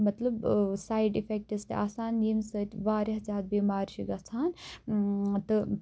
مطلب side effects تہِ آسان ییٚمہِ سۭتۍ واریاہ زِیادٕ بیمارِ چھِ گَژھان تہٕ